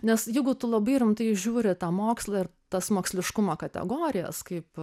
nes jeigu tu labai rimtai žiūri į tą mokslą ir tas moksliškumo kategorijas kaip